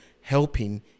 helping